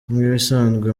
nk’ibisanzwe